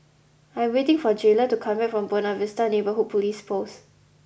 I am waiting for Jayla to come back from Buona Vista Neighbourhood Police Post